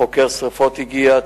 חוקר שרפות הגיע,